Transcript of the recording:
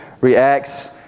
reacts